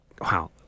wow